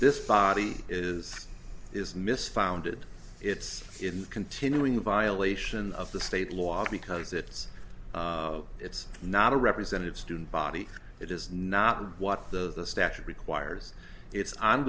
this body is is mis founded it's in continuing violation of the state law because it's it's not a representative student body it is not what the statute requires it's